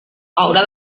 haurà